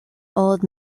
old